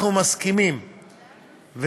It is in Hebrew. אנחנו מסכימים,